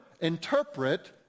interpret